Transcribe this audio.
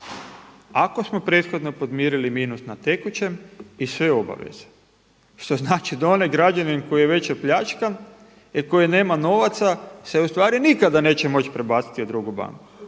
ako smo prethodno podmirili minus na tekućem i sve obaveze. Što znači da onaj građanin koji je već opljačkan i koji nema novaca se ustvari nikada neće moći prebaciti u drugu banku.